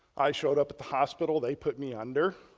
i showed up at the hospital they put me under,